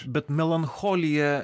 bet melancholija